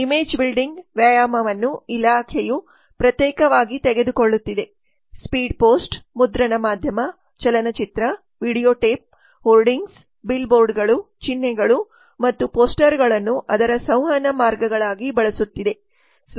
image building ವ್ಯಾಯಾಮವನ್ನು ಇಲಾಖೆಯು ಪ್ರತ್ಯೇಕವಾಗಿ ತೆಗೆದುಕೊಳ್ಳುತ್ತಿದೆ ಸ್ಪೀಡ್ ಪೋಸ್ಟ್ ಮುದ್ರಣ ಮಾಧ್ಯಮ ಚಲನಚಿತ್ರ ವಿಡಿಯೋ ಟೇಪ್ ಹೋರ್ಡಿಂಗ್ಸ್ ಬಿಲ್ ಬೋರ್ಡ್ಗಳು ಚಿಹ್ನೆಗಳು ಮತ್ತು ಪೋಸ್ಟರ್ಗಳನ್ನು ಅದರ ಸಂವಹನ ಮಾರ್ಗಗಳಾಗಿ ಬಳಸುತ್ತಿದೆ